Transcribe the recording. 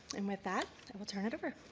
and with that, i will turn it over.